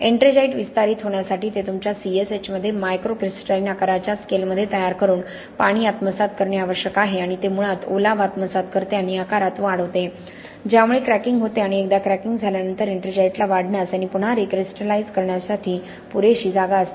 ettringite विस्तारित होण्यासाठी ते तुमच्या C S H मध्ये मायक्रोक्रिस्टलाइन आकाराच्या स्केलमध्ये तयार करून पाणी आत्मसात करणे आवश्यक आहे आणि ते मुळात ओलावा आत्मसात करते आणि आकारात वाढ होते ज्यामुळे क्रॅकिंग होते आणि एकदा क्रॅकिंग झाल्यानंतर एट्रिंजाइटला वाढण्यास आणि पुन्हा रिक्रिस्टलाइझ करण्यासाठी पुरेशी जागा असते